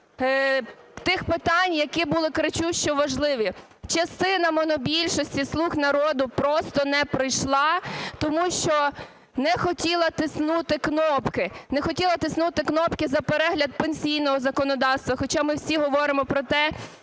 тих питань, які були кричущо важливі. Частина монобільшості "слуг народу" просто не прийшла, тому що не хотіла тиснути кнопки. Не хотіла тиснути кнопки за перегляд пенсійного законодавства, хоча ми всі говоримо про те,